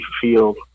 field